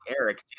Eric